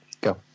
go